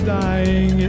dying